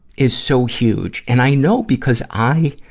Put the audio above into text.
is so huge. and i know, because i,